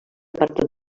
apartar